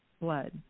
blood